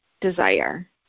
desire